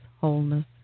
wholeness